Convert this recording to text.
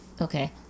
Okay